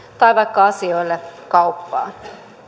tai vaikka asioille kauppaan